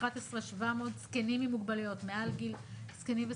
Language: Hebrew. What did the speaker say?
511,700 זקנים וזקנות עם מוגבלויות מעל גיל 65,